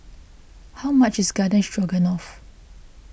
how much is Garden Stroganoff